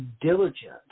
diligent